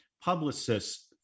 publicists